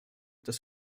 das